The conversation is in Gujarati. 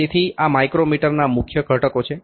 તેથી આ માઇક્રોમીટરના મુખ્ય ઘટકો છે